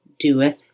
doeth